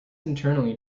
internally